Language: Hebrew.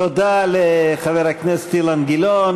תודה לחבר הכנסת אילן גילאון.